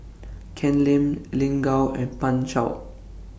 Ken Lim Lin Gao and Pan Shou